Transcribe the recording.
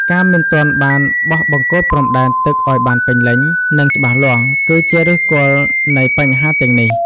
ការមិនទាន់បានបោះបង្គោលព្រំដែនទឹកឱ្យបានពេញលេញ និងច្បាស់លាស់ គឺជាឫសគល់នៃបញ្ហាទាំងនេះ។